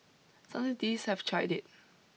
some cities have tried it